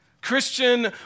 Christian